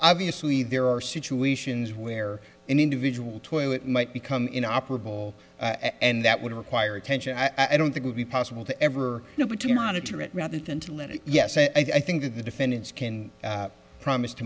obviously there are situations where an individual toilet might become in operable and that would require attention i don't think would be possible to ever know between monitor it rather than to let it yes and i think that the defendants can promise to